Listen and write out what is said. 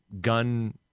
gun